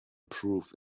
proof